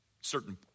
certain